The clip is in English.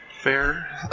Fair